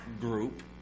group